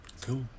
Cool